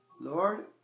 Lord